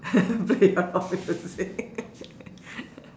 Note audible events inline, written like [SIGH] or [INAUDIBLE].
[LAUGHS] play your rock music [LAUGHS]